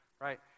right